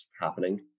happening